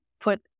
put